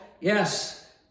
yes